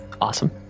Awesome